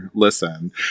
listen